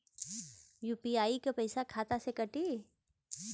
UPI क पैसा खाता से कटी?